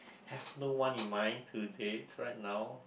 have no one in mind to date right now